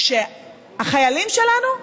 שהחיילים שלנו,